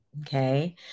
okay